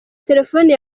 telefone